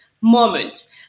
moment